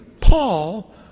Paul